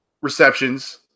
receptions